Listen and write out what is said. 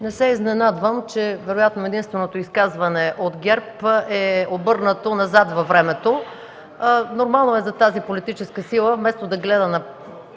Не се изненадвам, че вероятно единственото изказване от ГЕРБ е обърнато назад във времето. Нормално е за тази политическа сила вместо да гледа напред,